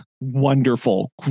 wonderful